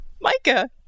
Micah